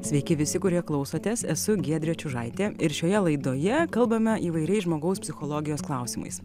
sveiki visi kurie klausotės esu giedrė čiužaitė ir šioje laidoje kalbame įvairiais žmogaus psichologijos klausimais